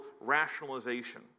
rationalization